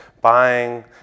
buying